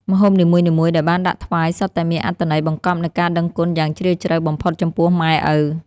ម្ហូបនីមួយៗដែលបានដាក់ថ្វាយសុទ្ធតែមានអត្ថន័យបង្កប់នូវការដឹងគុណយ៉ាងជ្រាលជ្រៅបំផុតចំពោះម៉ែឪ។